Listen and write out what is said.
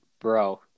Bro